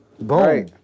Boom